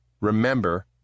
remember